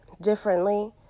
differently